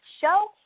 Show